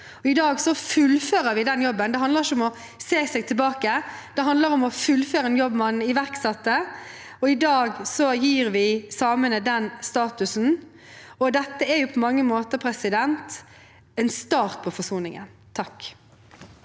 I dag fullfører vi den jobben. Det handler ikke om å se seg tilbake, det handler om å fullføre en jobb man iverksatte. I dag gir vi samene den statusen. Dette er på mange måter en start på forsoningen.